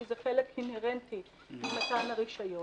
כי זה חלק אינהרנטי ממתן הרישיון,